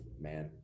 man